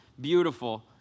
beautiful